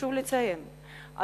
חשוב לציין את זה.